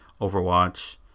Overwatch